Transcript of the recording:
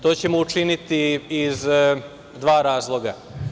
To ćemo učiniti iz dva razloga.